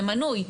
זה מנוי,